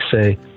say